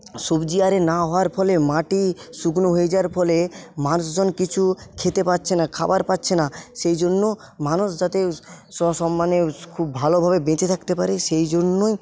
সবজি আরে না হওয়ার ফলে মাটি শুকনো হয়ে যাওয়ার ফলে মানুষজন কিছু খেতে পাচ্ছে না খাবার পাচ্ছে না সেইজন্য মানুষ যাতে সসম্মানে খুব ভালোভাবে বেঁচে থাকতে পারে সেইজন্য